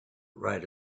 right